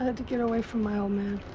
to get away from my um